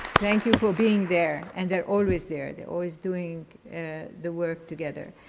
thank you for being there, and they're always there. they're always doing the work together.